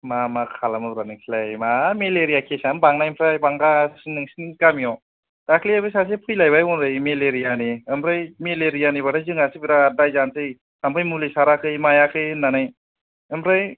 मा मा खालामोरा नोंसोरलाय मा मेलेरिया केसानो बांनायनिफ्राय बांगासिनो नोंसोरनि गामियाव दाखालिहायबो सासे फैलायबाय हनै मेलेरियानि ओमफ्राय मेलेरियानि बाथाय जोंहासो बिराथ दाय जानोसै थाम्फै मुलि साराखै मायाखै होननानै आमफ्राय